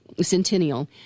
Centennial